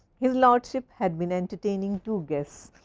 his lordship had been entertaining two guests,